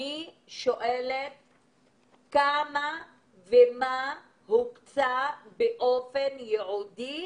מה הוקצה באופן ייעודי